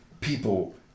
people